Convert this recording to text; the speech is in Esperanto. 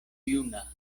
juna